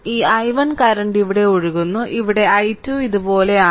ഈ i1 current ഇവിടെ ഒഴുകുന്നു ഇവിടെ i2 ഇതുപോലെയാണ്